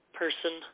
person